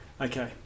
okay